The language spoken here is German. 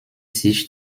sich